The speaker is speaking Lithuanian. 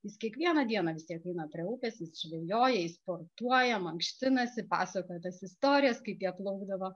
jis kiekvieną dieną vis tiek eina prie upės žvejoja jis sportuoja mankštinasi pasakoja tas istorijas kaip jie plaukdavo